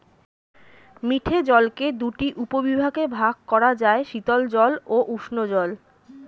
মিঠে জলকে দুটি উপবিভাগে ভাগ করা যায়, শীতল জল ও উষ্ঞ জল